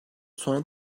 sonra